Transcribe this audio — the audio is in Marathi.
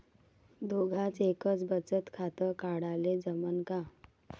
दोघाच एकच बचत खातं काढाले जमनं का?